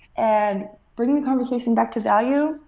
and bringing the conversation back to value,